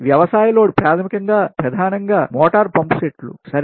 వ్యవసాయ లోడ్ ప్రాథమికంగా ప్రధానంగా మోటారు పంప్ సెట్లు సరే